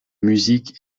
musique